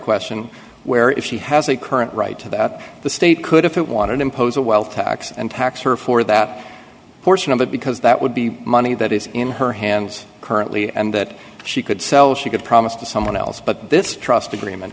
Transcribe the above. question where if she has a current right to that the state could if it wanted impose a wealth tax and tax her for that portion of it because that would be money that is in her hands currently and that she could sell she could promise to someone else but this trust agreement